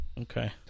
Okay